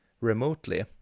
remotely